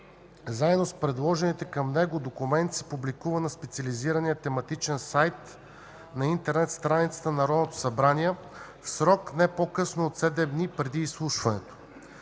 заедно с приложените към него документи се публикува на специализирания тематичен сайт на интернет страницата на Народното събрание в срок не по-късно от 7 дни преди изслушването.